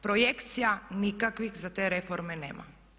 Projekcija nikakvih za te reforme nema.